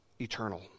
eternal